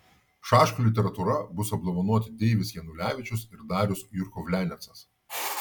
šaškių literatūra bus apdovanoti deivis janulevičius ir darius jurkovlianecas